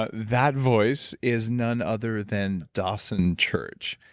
ah that voice is none other than dawson church,